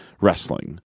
wrestling